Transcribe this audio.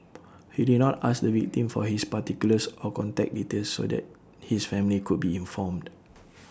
he did not ask the victim for his particulars or contact details so that his family could be informed